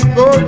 go